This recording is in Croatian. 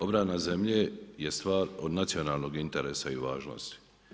Obrana zemlje je stvar od nacionalnog interesa i važnosti.